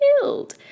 killed